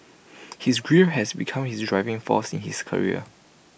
his grief has become his driving force in his career